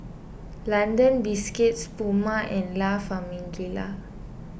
London Biscuits Puma and La Famiglia